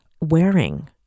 wearing